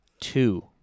Two